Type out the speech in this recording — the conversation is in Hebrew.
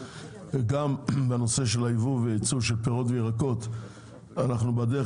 וגם בנושא של היבוא ויצוא של פירות וירקות אנחנו בדרך